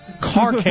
car